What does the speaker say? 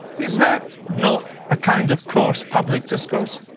is that not a kind of coarse public discourse?